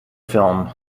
film